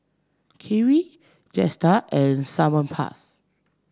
Kiwi Jetstar and Salonpas